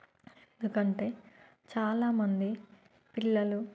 ఎందుకంటే చాలా మంది పిల్లలు